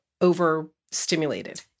overstimulated